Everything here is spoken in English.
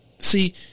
See